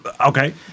Okay